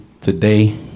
today